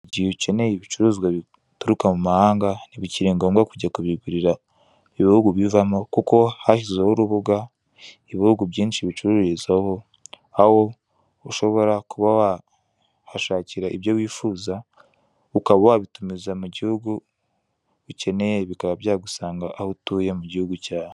Igihe ukeneye ibicuruzwa bituruka mu mahanga ntibikiri ngombwa kujya kubigurira ibihugu bivamo kuko hashyizweho urubuga, ibihugu byinshi bicuruzaho, aho ushobora kuba wahashakira ibyo wifuza, ukaba wabitumiza mu gihugu ukeneye bikaba byagusanga aho utuye mu gihugu cyawe.